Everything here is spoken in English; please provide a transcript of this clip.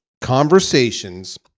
conversations